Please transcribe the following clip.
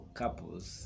couples